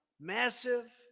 massive